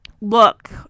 look